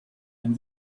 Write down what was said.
and